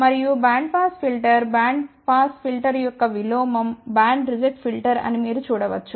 మరియు band pass filter band pass filter యొక్క విలోమం బ్యాండ్ రిజెక్ట్ ఫిల్టర్ అని మీరు చూడవచ్చు